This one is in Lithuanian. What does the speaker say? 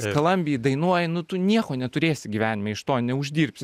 skalambiji dainuoji nu tu nieko neturėsi gyvenime iš to neuždirbsi